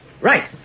Right